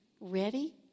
ready